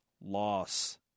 loss